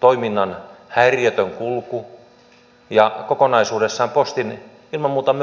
toiminnan häiriötön kulku ja kokonaisuudessaan postin ilman muuta myös kannattavuuden turvaaminen